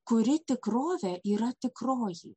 kuri tikrovė yra tikroji